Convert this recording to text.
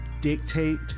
dictate